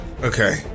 Okay